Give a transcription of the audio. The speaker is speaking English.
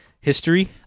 history